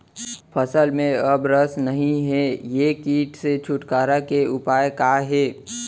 फसल में अब रस नही हे ये किट से छुटकारा के उपाय का हे?